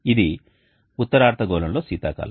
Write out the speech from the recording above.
ఇది ఉత్తర అర్ధగోళంలో శీతాకాలం